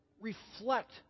reflect